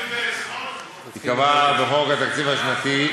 "ייקבע בחוק התקציב השנתי,